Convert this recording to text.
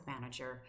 manager